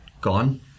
gone